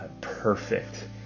perfect